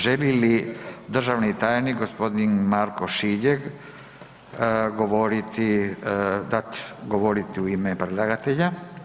Želi li državni tajnik gospodin Marko Šiljeg govoriti u ime predlagatelja?